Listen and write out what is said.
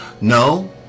No